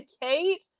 Kate